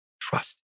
trust